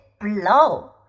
blow